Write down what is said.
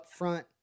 upfront